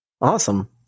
Awesome